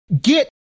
get